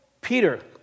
Peter